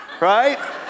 right